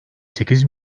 sekiz